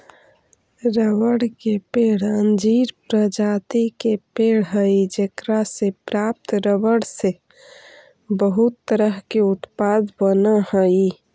रबड़ के पेड़ अंजीर प्रजाति के पेड़ हइ जेकरा से प्राप्त रबर से बहुत तरह के उत्पाद बनऽ हइ